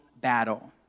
battle